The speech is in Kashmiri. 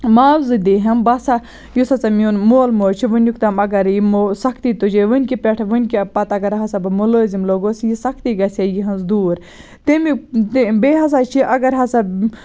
مُعاوضہٕ دی ہَم بہٕ ہَسا یُس ہَسا میون مول موج چھُ وٕنیُک تام اگر یِمو سَختی تُجے وٕنۍ کہِ پیٹھٕ وٕنۍ کہِ پَتہٕ اَگر ہَسا بہٕ مُلٲزِم لوٚگُس یہِ سَختی گَژھ ہے یِہٕنٛز دوٗر تمیُک بیٚیہِ ہَسا چھِ اگر ہَسا